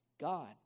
God